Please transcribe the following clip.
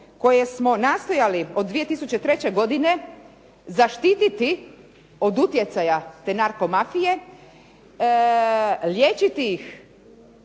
koje smo nastojali od 2003. godine zaštititi od utjecaja te narkomafije, liječiti ih